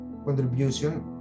contribution